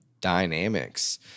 dynamics